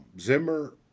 Zimmer